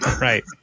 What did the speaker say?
right